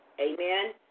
Amen